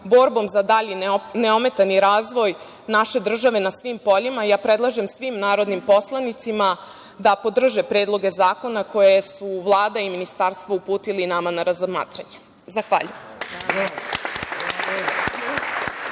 borba za dalji neometani razvoj naše države na svim poljima, predlažem svim narodnim poslanicima da podrže predloge zakona koje su Vlada i ministarstvo uputili nama na razmatranje. Zahvaljujem.